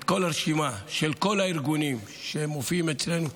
את כל הרשימה של כל הארגונים שמופיעים אצלנו,